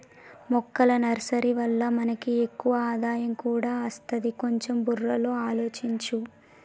మొక్కల నర్సరీ వల్ల మనకి ఎక్కువ ఆదాయం కూడా అస్తది, కొంచెం బుర్రలో ఆలోచించు